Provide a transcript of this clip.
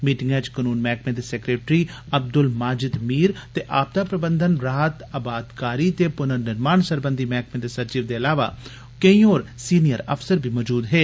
मीटिंगै च कनून मैह्कमे दे सैक्रटरी अब्दुल माजिद मीर ते आपदा प्रबन्धन राह्त बाआबादकारी ते पुननिर्माण सरबंधी मैह्कमे दे सचिव दे अलावा कोई होर सीनियर अफसर बी मौजूद हे